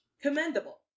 commendable